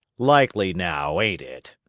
likely now, ain't it?